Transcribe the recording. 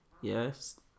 yes